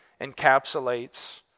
encapsulates